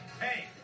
hey